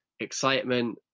excitement